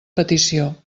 petició